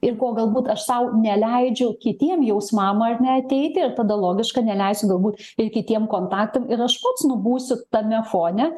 ir ko galbūt aš sau neleidžiu kitiem jausmam ar ne ateiti ir tada logiška neleisiu galbūt ir kitiem kontaktam ir aš pats nu būsiu tame fone